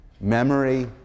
memory